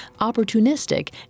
opportunistic